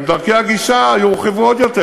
גם דרכי הגישה יורחבו עוד יותר.